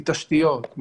מתשתיות,